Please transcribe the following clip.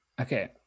Okay